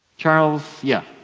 charles yeah